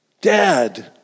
Dad